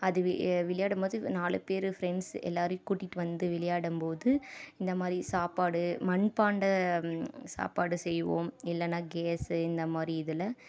அது வி எ விளையாடும் போது நாலு பேர் ஃப்ரெண்ட்ஸ் எல்லோரையும் கூட்டிட்டு வந்து விளையாடும் போது இந்த மாதிரி சாப்பாடு மண்பாண்ட சாப்பாடு செய்வோம் இல்லைன்னா கேஸு இந்த மாதிரி இதில்